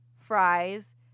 fries